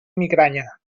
migranya